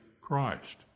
Christ